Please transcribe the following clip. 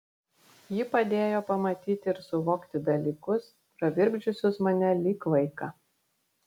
ji padėjo pamatyti ir suvokti dalykus pravirkdžiusius mane lyg vaiką